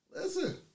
Listen